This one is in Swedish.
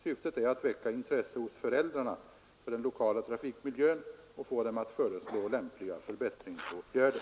Syftet är att väcka intresse hos föräldrarna för den lokala trafikmiljön och få dem att föreslå lämpliga förbättringsåtgärder.